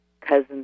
cousins